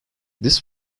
this